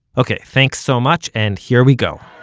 ok, thanks so much, and here we go